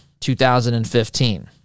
2015